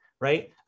right